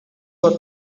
were